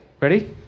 Ready